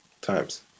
times